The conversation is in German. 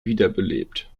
wiederbelebt